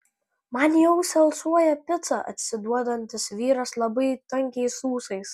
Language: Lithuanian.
man į ausį alsuoja pica atsiduodantis vyras labai tankiais ūsais